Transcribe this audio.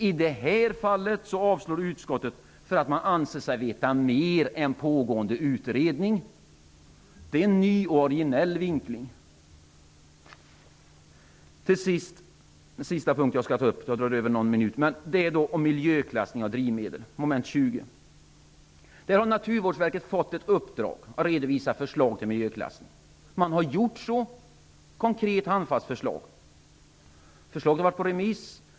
I detta fall avstyrker utskottet, därför att utskottet anser sig veta mer än pågående utredning. Det är en ny och originell vinkling. Den sista punkt som jag skall ta upp gäller miljöklassning av drivmedel under mom. 20. Naturvårdsverket fick i uppdrag att redovisa förslag till miljöklassning av bensin. Naturvårdsverket har också redovisat ett förslag, som har varit på remiss.